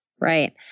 Right